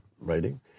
writing